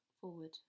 forward